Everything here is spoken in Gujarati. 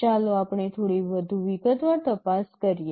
ચાલો આપણે થોડી વધુ વિગતવાર તપાસ કરીએ